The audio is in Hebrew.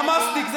חמאסניק.